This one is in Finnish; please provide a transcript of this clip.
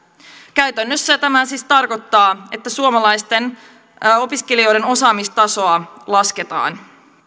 käytännössä tämä siis tarkoittaa että suomalaisten opiskelijoiden osaamistasoa lasketaan